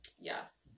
Yes